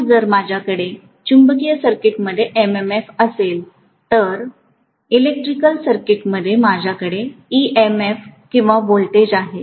तर जर माझ्याकडे चुंबकीय सर्किटमध्ये MMF असेल तर इलेक्ट्रिक सर्किटमध्ये माझ्याकडे EMF किंवा व्होल्टेज आहे